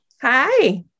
Hi